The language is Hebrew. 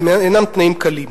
אלה אינם תנאים קלים,